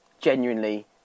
genuinely